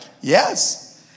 Yes